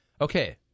okay